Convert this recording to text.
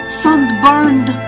sunburned